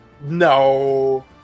no